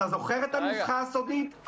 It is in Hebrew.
אתה זוכר את הנוסחה הסודית?